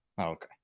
Okay